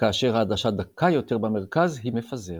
וכאשר העדשה דקה יותר במרכז היא מפזרת.